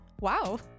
Wow